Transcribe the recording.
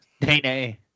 nay